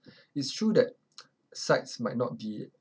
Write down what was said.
it's true that sites might not be